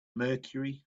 mercury